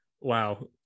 Wow